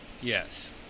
Yes